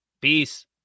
Peace